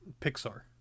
Pixar